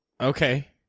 Okay